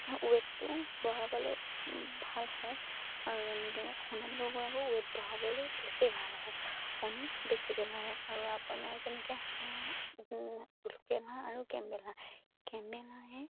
ৱেইটটো বঢ়াবলৈ ভাল হয় আৰু এনেকৈ সোণালী কুকুৰাকো ৱেইট বঢ়াবলৈ বেছি ভাল হয় কণী বেছিকৈ পাৰে আৰু আপোনাৰ যেনেকৈ হাঁহ লোকেল হাঁহ আৰু কেম্বেল হাঁহ কেম্বেল হাঁহে